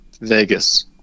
Vegas